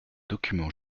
documents